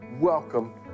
welcome